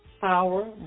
Power